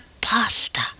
pasta